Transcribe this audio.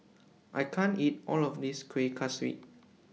I can't eat All of This Kueh Kaswi